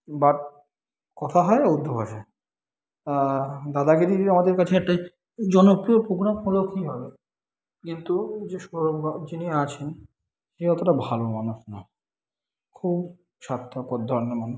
but কথা হয় উর্ধু ভাষায় দাদাগিরি আমাদের কাছে একটা জনপ্রিয় পোগ্রাম হলেও কী হবে কিন্তু যে সৌরভ গা যিনি আছেন এ অতোটা ভালো মানুষ না খুব স্বার্থকর ধরনের মানুষ